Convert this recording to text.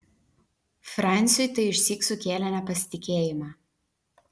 franciui tai išsyk sukėlė nepasitikėjimą